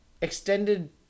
extended